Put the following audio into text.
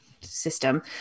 system